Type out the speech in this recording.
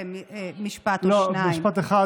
ובמיוחד לחבר הכנסת ראש הממשלה החליפי יאיר לפיד: אתם צבועים,